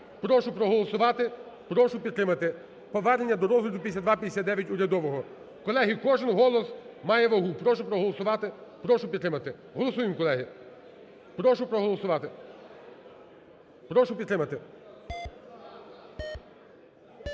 Прошу проголосувати. Прошу підтримати повернення до розгляду 5259, урядового. Колеги, кожен голос має вагу. Прошу проголосувати. Прошу підтримати. Голосуємо, колеги. Прошу проголосувати. Прошу підтримати.